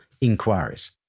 inquiries